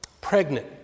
pregnant